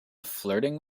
flirting